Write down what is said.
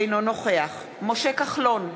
אינו נוכח משה כחלון,